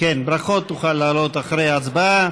ברכות, תוכל לעלות אחרי ההצבעה.